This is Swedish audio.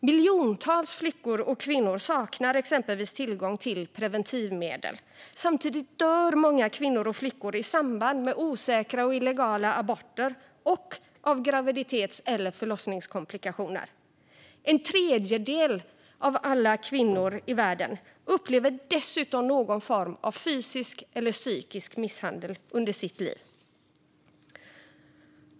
Miljontals flickor och kvinnor saknar exempelvis tillgång till preventivmedel. Samtidigt dör många kvinnor och flickor i samband med osäkra och illegala aborter och av graviditets eller förlossningskomplikationer. En tredjedel av alla kvinnor i världen upplever dessutom någon form av fysisk eller psykisk misshandel under sitt liv.